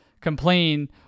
complain